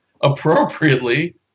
appropriately